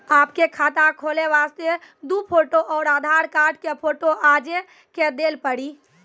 आपके खाते खोले वास्ते दु फोटो और आधार कार्ड के फोटो आजे के देल पड़ी?